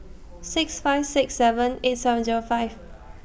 six five six seven eight seven Zero five